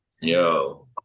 Yo